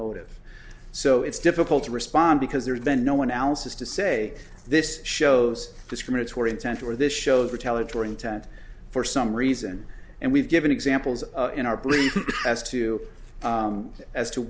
motive so it's difficult to respond because there had been no one else is to say this shows discriminatory intent or this shows retaliatory intent for some reason and we've given examples in our belief as to as to